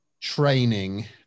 training